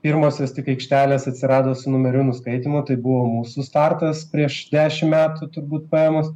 pirmosios tik aikštelės atsirado su numerių nuskaitymu tai buvo mūsų startas prieš dešim metų turbūt paėmus